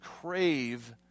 crave